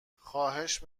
خواهش